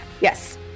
Yes